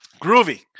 Groovy